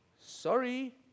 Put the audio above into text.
sorry